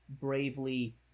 bravely